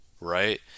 right